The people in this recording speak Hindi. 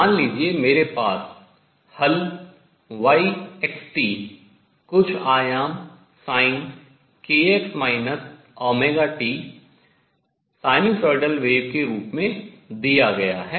मान लीजिए मेरे पास हल yxt कुछ आयाम sinkx ωt ज्यावक्रीय तरंग के रूप में दिया गया है